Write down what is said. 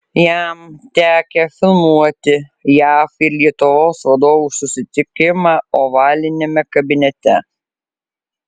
jam tekę filmuoti jav ir lietuvos vadovų susitikimą ovaliniame kabinete